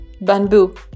Bamboo